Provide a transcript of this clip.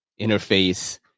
interface